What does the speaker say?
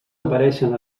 apareixen